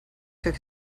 took